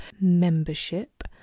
membership